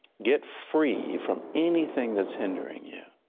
get free from anything that's hindering yeah